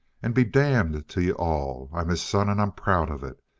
and be damned to you all! i'm his son and i'm proud of it.